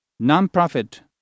Non-Profit